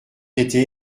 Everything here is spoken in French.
été